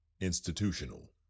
Institutional